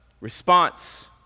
Response